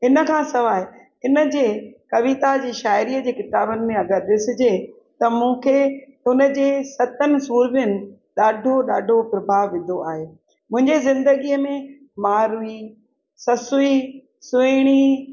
इन खां सवाइ इन जे कविता जी शायरीअ जी किताबनि में अगरि ॾिसिजे त मूंखे उन जे सतनि सुरमियनि ॾाढो ॾाढो प्रभाव विधो आहे मुंहिंजे ज़िंदगीअ में मारूई ससूई सुहिणी